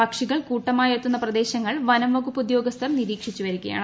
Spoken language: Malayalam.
പക്ഷികൾ കൂട്ടമായെത്തുന്ന പ്രദേശങ്ങൾ വനംവകുപ്പ് ഉദ്യോഗസ്ഥർ നിർവ്ക്ഷിച്ചുവരികയാണ്